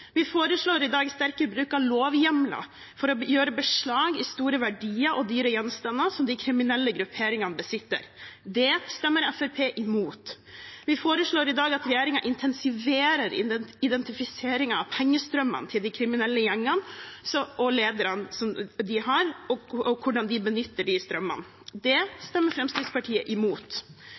Vi foreslår i dag sterkere bruk av lovhjemler for å gjøre beslag i store verdier og dyre gjenstander som de kriminelle grupperingene besitter. Det stemmer Fremskrittspartiet imot. Vi foreslår i dag at regjeringen skal intensivere identifiseringen av pengestrømmene til de kriminelle gjengene og lederne deres og hvordan de benytter de strømmene. Det stemmer Fremskrittspartiet imot.